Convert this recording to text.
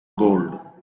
gold